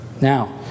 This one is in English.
Now